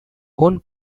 own